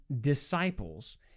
disciples